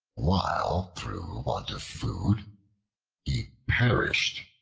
while through want of food he perished.